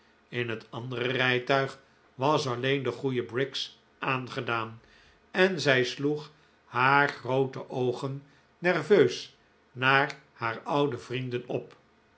in het andere rijtuig was allleen de goeie briggs aangedaan en zij sloeg haar groote oogen nerveus naar haar oude vrienden op